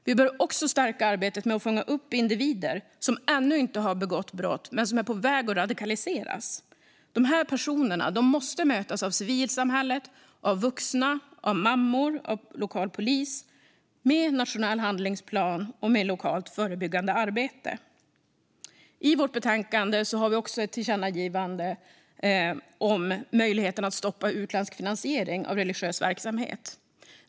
Vi behöver också stärka arbetet med att fånga upp individer som ännu inte har begått brott men som är på väg att radikaliseras. De här personerna måste mötas av civilsamhället, av vuxna, av mammor och av lokal polis med nationell handlingsplan och med lokalt förebyggande arbete. I vårt betänkande föreslår vi också ett tillkännagivande om möjligheten att stoppa utländsk finansiering av religiös verksamhet.